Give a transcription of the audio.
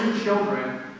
children